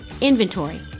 inventory